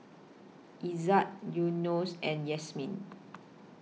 Izzat Yunos and Yasmin